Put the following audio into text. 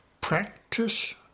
practice